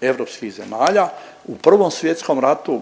europskih zemalja. U Prvom svjetskom ratu